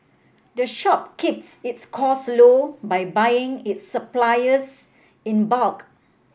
the shop keeps its costs low by buying its supplies in bulk